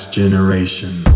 generation